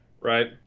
Right